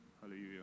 Hallelujah